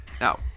now